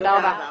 תודה רבה.